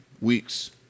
weeks